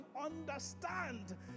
understand